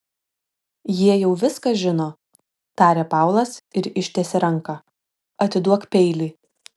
jie jau viską žino tarė paulas ir ištiesė ranką atiduok peilį